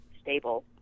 stable